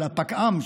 אלא פקע"מ,